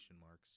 marks